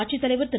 ஆட்சித்தலைவர் திரு